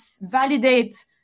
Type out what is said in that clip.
validate